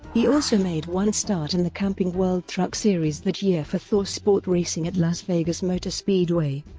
he also made one start in the camping world truck series that year for thorsport racing at las vegas motor speedway,